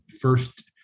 first